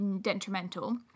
detrimental